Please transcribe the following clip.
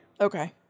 Okay